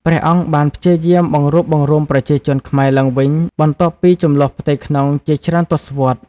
ព្រះអង្គបានព្យាយាមបង្រួបបង្រួមប្រជាជនខ្មែរឡើងវិញបន្ទាប់ពីជម្លោះផ្ទៃក្នុងជាច្រើនទសវត្សរ៍។